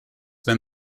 when